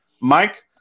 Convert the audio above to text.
Mike